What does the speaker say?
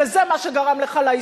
וזה מה שגרם לך להיסוס.